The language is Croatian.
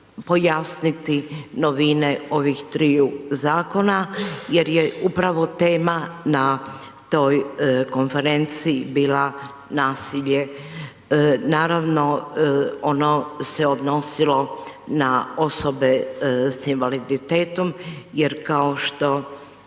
pojasniti novine ovih triju zakona jer je upravo tema na toj konferenciji bila nasilje. Naravno ono se odnosilo na osobe sa invaliditetom jer kao što